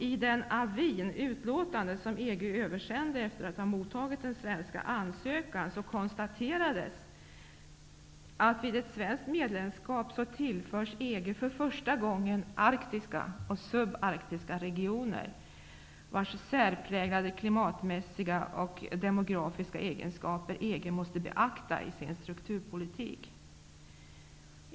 I den avi, det utlåtande, som EG översände efter att ha mottagit den svenska ansökan konstaterades att EG vid ett svenskt medlemskap för första gången tillförs arktiska och subarktiska regioner, vars särpräglade klimatmässiga och demografiska egenskaper EG måste beakta i sin strukturpolitik.